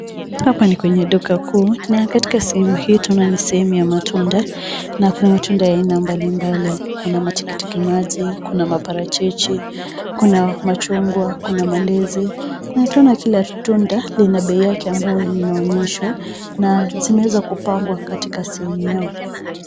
Hapa ni kwenye duka kuu na katika sehemu hii tunaona sehemu ya matunda na kuna matunda ya aina mbali mbali. Kuna matikitiki maji, kuna parachichi, kuna machungwa, kuna mandizi na tunaona Kila tunda lina bei yake ambayo limeonyeshwa na zimeweza kupangwa katika sehemu yao.